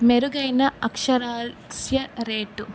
మెరుగైన అక్షరాస్యత రేటు